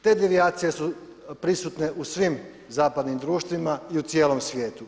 Te devijacije su prisutne u svim zapadnim društvima i u cijelom svijetu.